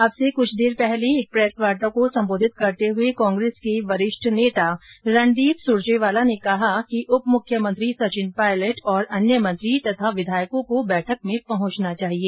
अब से क्छ देर पहले एक प्रेस वार्ता को संबोधित करते हुए कांग्रेस के वरिष्ठ नेता रणदीप सुरजेवाला ने कहा कि उपमुख्यमंत्री सचिन पायलट तथा अन्य मंत्री और विधायकों को बैठक में पहुंचना चाहिए